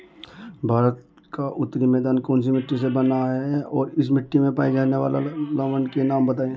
भारत का उत्तरी मैदान कौनसी मिट्टी से बना है और इस मिट्टी में पाए जाने वाले लवण के नाम बताइए?